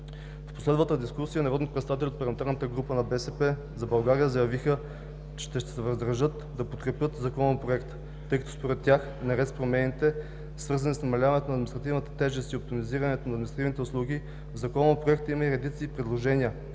В последвалата дискусия народните представители от парламентарната група на „БСП за България“ заявиха, че ще се въздържат да подкрепят Законопроекта, тъй като според тях, наред с промените, свързани с намаляването на административната тежест и оптимизирането на административните услуги, в Законопроекта има и редица предложения,